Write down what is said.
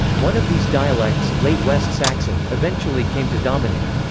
one of these dialects, late west saxon, eventually came to dominate.